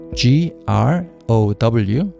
grow